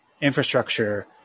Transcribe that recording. infrastructure